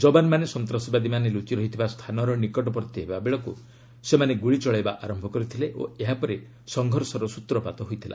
ଯବାନମାନେ ସନ୍ତାସବାଦୀମାନେ ଲୁଚି ରହିଥିବା ସ୍ଥାନର ନିକଟବର୍ତ୍ତୀ ହେବାବେଳକୁ ସେମାନେ ଗ୍ରୁଳି ଚଳାଇବା ଆରମ୍ଭ କରିଥିଲେ ଓ ଏହାପରେ ସଂଘର୍ଷର ସ୍ନତ୍ରପାତ ହୋଇଥିଲା